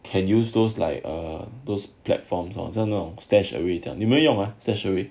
can use those like err those platforms 好像那种 stashed away 这样你有没有用啊